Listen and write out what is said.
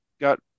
got